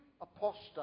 apostate